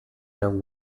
there